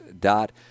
dot